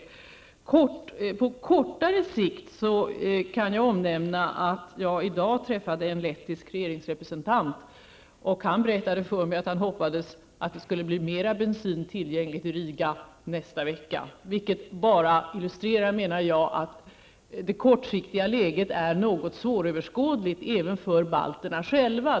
När det gäller förhållandena på kortare sikt kan jag omnämna att jag i dag träffade en lettisk regeringsrepresentant. Han berättade för mig att han hoppades att mer bensin skulle bli tillgänglig i Riga nästa vecka. Detta illustrerar, menar jag, att det kortsiktiga läget är något svåröverskådligt även för balterna själva.